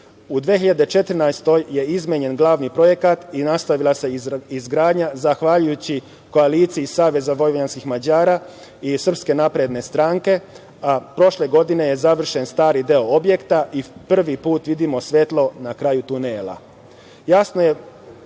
godini je izmenjen glavni projekat i nastavila se izgradnja zahvaljujući koaliciji Saveza vojvođanskih Mađara i Srpske napredne stranke, a prošle godine je završen stari deo objekta i prvi put vidimo svetlo na kraju tunela. Jako je